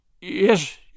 Yes